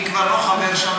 אני כבר לא חבר שם,